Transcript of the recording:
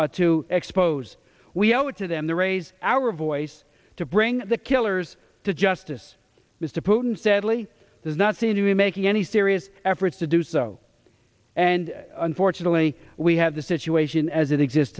pen to expose we owe it to them to raise our voice to bring the killers to justice mr putin steadily does not seem to be making any serious efforts to do so and unfortunately we have the situation as it exists